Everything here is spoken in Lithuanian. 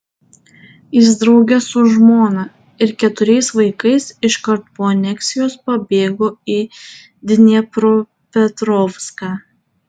jis drauge su žmona ir keturiais vaikais iškart po aneksijos pabėgo į dniepropetrovską